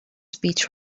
speech